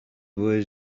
was